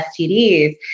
stds